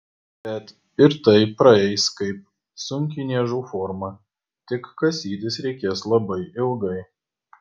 bet ir tai praeis kaip sunki niežų forma tik kasytis reikės labai ilgai